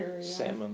salmon